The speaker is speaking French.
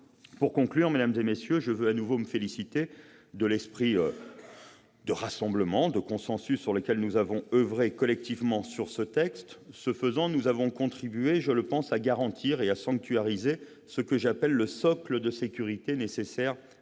les sénateurs, je veux de nouveau me féliciter de l'esprit de rassemblement et de consensus avec lequel nous avons oeuvré collectivement sur ce projet de loi. Ce faisant, nous avons contribué à garantir et à sanctuariser ce que j'appelle « le socle de sécurité » nécessaire à notre